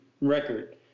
record